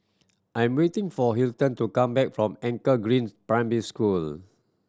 I'm waiting for Hilton to come back from Anchor Green Primary School